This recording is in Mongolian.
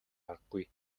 аргагүй